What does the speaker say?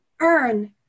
earn